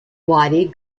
wadi